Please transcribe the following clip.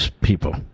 people